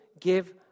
give